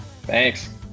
Thanks